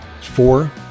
four